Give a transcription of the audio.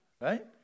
Right